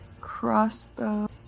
crossbow